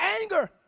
anger